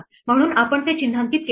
म्हणून आपण ते चिन्हांकित केले नाही